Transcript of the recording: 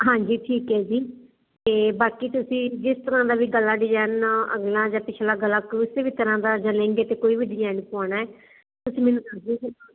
ਹਾਂਜੀ ਠੀਕ ਹ ਜੀ ਤੇ ਬਾਕੀ ਤੁਸੀਂ ਜਿਸ ਤਰ੍ਹਾਂ ਦਾ ਵੀ ਗਲਾਂ ਡਿਜਾਇਨ ਅਗਲਾ ਜਾਂ ਪਿਛਲਾ ਗਲਾ ਕਿਸੇ ਵੀ ਤਰ੍ਹਾਂ ਦਾ ਜਾਂ ਲਹਿੰਗੇ ਤੇ ਕੋਈ ਵੀ ਡਿਜਾਇਨ ਪਾਉਣਾ ਤੁਸੀਂ ਮੈਨੂੰ ਦੱਸ ਦਿਓ